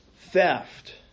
theft